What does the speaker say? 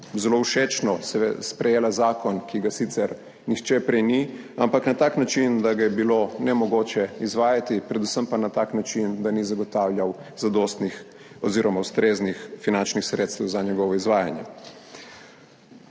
zelo všečno, sprejela zakon, ki ga sicer nihče prej ni, ampak na tak način, da ga je bilo nemogoče izvajati, predvsem pa na tak način, da ni zagotavljal zadostnih oziroma ustreznih finančnih sredstev za njegovo izvajanje,